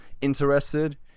interested